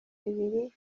bibiri